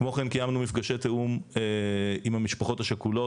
כמו כן, קיימנו מפגשי תיאום עם המשפחות השכולות.